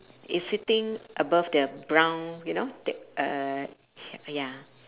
it's sitting above the brown you know the uh ya